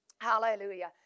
Hallelujah